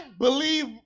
believe